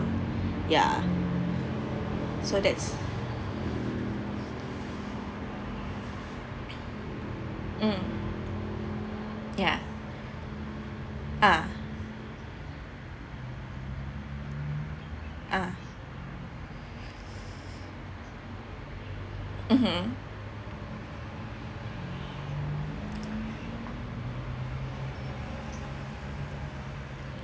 ya so that's mm ya uh uh mmhmm